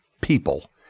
people